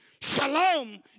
Shalom